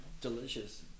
Delicious